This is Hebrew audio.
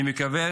אני מקווה